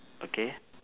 okay